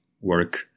work